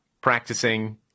practicing